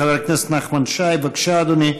חבר הכנסת נחמן שי, בבקשה, אדוני,